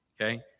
okay